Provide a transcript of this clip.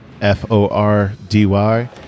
F-O-R-D-Y